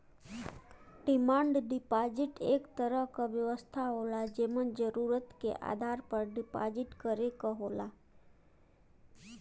demand deposit एक तरह क व्यवस्था होला जेमन जरुरत के आधार पर डिपाजिट करे क होला